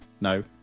No